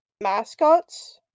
mascots